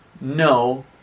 No